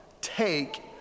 take